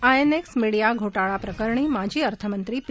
INX media घोटाळ्या प्रकरणी माजी अर्थमंत्री पी